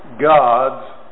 God's